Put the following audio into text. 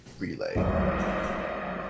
relay